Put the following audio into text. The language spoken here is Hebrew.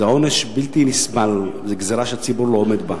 זה עונש בלתי נסבל, גזירה שהציבור לא עומד בה.